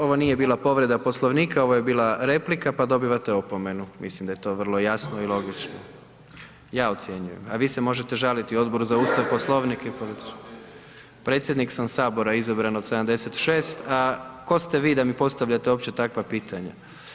Ovo nije bila povreda Poslovnika, ovo je bila replika pa dobivate opomenu, mislim da je to vrlo jasno i logično. … [[Upadica sa strane, ne razumije se.]] Ja ocjenjujem a vi se možete žalit Odboru za Ustav, Poslovnik i politički sustav. … [[Upadica sa strane, ne razumije se.]] Predsjednik sam Sabora izabran od 76 a tko ste vi da mi postavljate uopće takva pitanja?